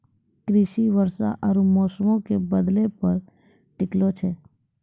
कृषि वर्षा आरु मौसमो के बदलै पे टिकलो छै